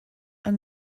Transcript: yng